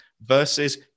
versus